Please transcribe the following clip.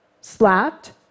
slapped